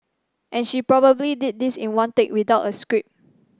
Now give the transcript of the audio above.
and she probably did this in one take without a script